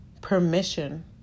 permission